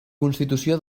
constitució